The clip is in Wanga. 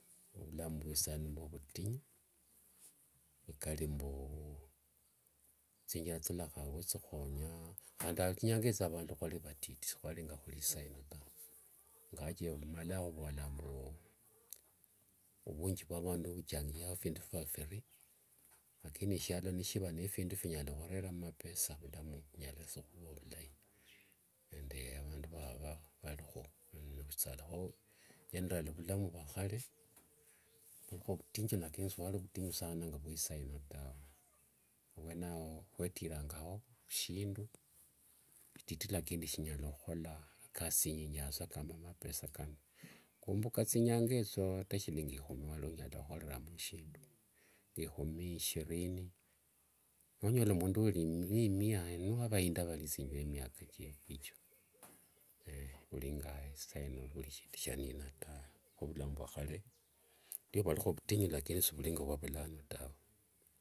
Ovulamu vwe isaino novutinyu nekarimbuu khandi tsinyanga etso vandu hwari avatiti sihwari nga huri isaino tawe, ingawaje humalaa huvola mbuu ovunji vwe vandu vuchangianga efindu fiva viri lakini eshialo neshiva nende findu finyala ohurera amapesa ovulamu vunyala sa ohuva ovulayi, nende avandu vava varihu generally vulamu vwa khare vwariho vutinyu lakini sivwari ovutinyu saana nge vwa isaino tawe, avwene ao hwetirangaho hushindu vititi lakini shinyalahuhola ikasi yenyasa kama mapesa kano, ngumbuka tsinyanga etso ata shillingi ehumi waari onyala huhoremo shindu, ehumi ishirini nonyoola omundu ouri ne imia ne vainda varitsingi ve miaka kiefu echo, shihuri nge isaino vuri shindu shanina tawe, how vulamu vwe hare ndio vwariho vutinyu lakini shivuri nge vwo vulano tawe.